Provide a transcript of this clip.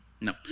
No